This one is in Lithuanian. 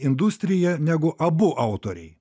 industriją negu abu autoriai